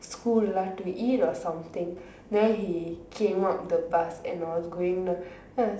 school lah to eat or something then he came up the bus and I was going down then I was